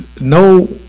no